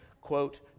quote